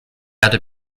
erde